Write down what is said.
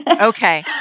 Okay